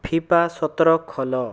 FIFA ସତର ଖୋଲ